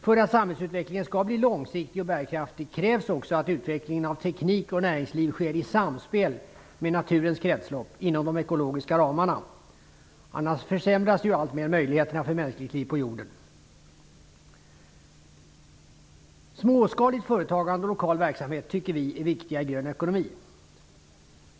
För att samhällsutvecklingen skall bli långsiktig och bärkraftig krävs också att utvecklingen av teknik och näringsliv sker i samspel med naturens kretslopp inom de ekologiska ramarna, annars försämras ju alltmer möjligheterna för mänskligt liv på Jorden. Småskaligt företagande och lokal verksamhet tycker vi är viktiga i en grön ekonomi.